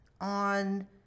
on